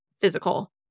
physical